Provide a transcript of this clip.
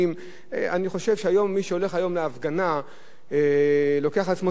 אני חושב שמי שהולך היום להפגנה לוקח על עצמו סיכון,